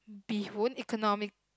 bee-hoon economic